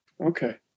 Okay